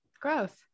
growth